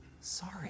sorry